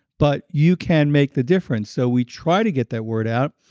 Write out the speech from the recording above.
but you can make the difference. so we try to get that word out.